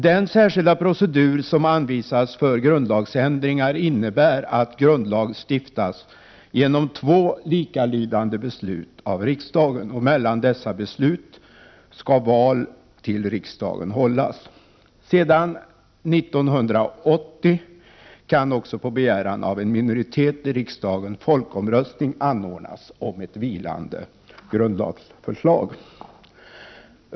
Den särskilda procedur som anvisas för grundlagsändringar innebär att grundlag stiftas genom två likalydande beslut av riksdagen. Mellan dessa beslut skall val till riksdagen hållas. Sedan 1980 kan också på begäran av en minoritet i riksdagen folkomröstning anordnas om ett vilande grundlagsförslag.